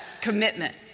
commitment